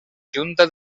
junta